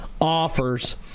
offers